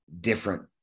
different